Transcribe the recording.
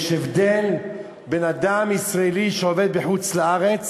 יש הבדל בין אדם ישראלי שעובד בחוץ-לארץ